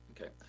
okay